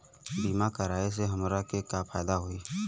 बीमा कराए से हमरा के का फायदा होई?